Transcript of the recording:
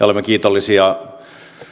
olemme kiitollisia